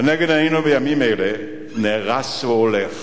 לנגד עינינו בימים אלה נהרס והולך